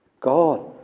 God